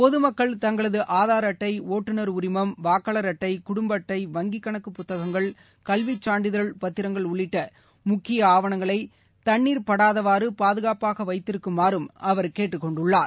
பொதுமக்கள் தங்களது ஆதார் அட்டை ஒட்டுநர் உரிமம் வாக்காளர் அட்டை குடும்ப அட்ளட வங்கிக் கணக்குப் புத்தகங்கள் கல்விச் சான்றிதழ் மற்றம் சொத்து பத்திரங்க ஆவணங்களை தண்ணீர் படாதவாறு பாதுகாப்பாக வைத்திருக்குமாறும் அவர் கேட்டுக் கொண்டுள்ளார்